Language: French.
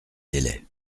délai